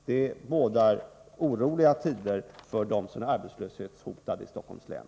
Detta bådar oroliga tider för dem som är hotade av arbetslöshet i Stockholms län.